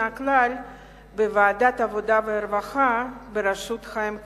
הכלל בוועדת העבודה והרווחה בראשות חיים כץ.